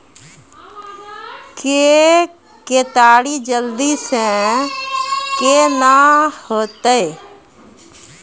के केताड़ी जल्दी से के ना होते?